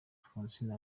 alphonsine